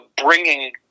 bringing